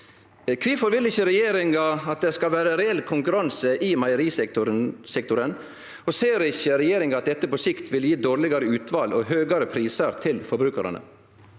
Kvifor vil ikkje regjeringa at det skal vere reell konkurranse i meierisektoren, og ser ikkje regjeringa at dette på sikt vil gje dårlegare utval og høgare prisar til forbrukarane?